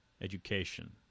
education